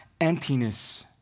emptiness